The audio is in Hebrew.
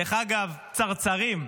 דרך אגב, צרצרים,